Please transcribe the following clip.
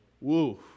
Woo